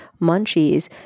munchies